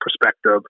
perspective